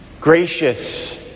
Gracious